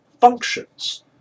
functions